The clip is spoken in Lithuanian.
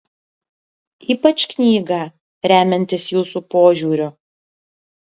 ypač knygą remiantis jūsų požiūriu